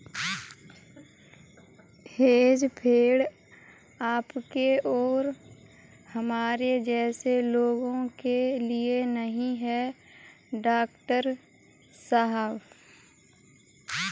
hedge fund आपके और हमारे जैसे लोगों के लिए नहीं है, डॉक्टर साहब